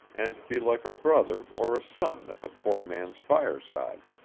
and be like a brother or a son at the poor man's fireside.